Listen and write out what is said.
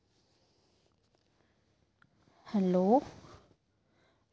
hello